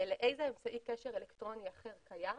איזה אמצעי קשר אלקטרוני אחר קיים